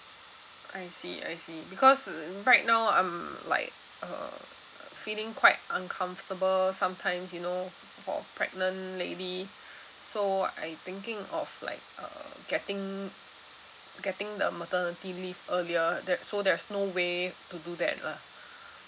I see I see because right now I'm like uh feeling quite uncomfortable sometimes you know or pregnant lady so I'm thinking of like uh getting getting the maternity leave earlier that so there's no way to do that lah